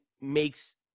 makes